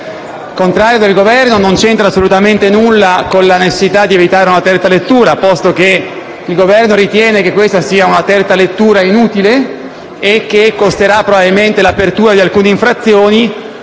contrario del Governo non c'entra nulla con la necessità di evitare una terza lettura, posto che il Governo ritiene che la terza lettura sia inutile e che costerà probabilmente l'apertura di alcune procedure